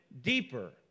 deeper